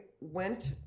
went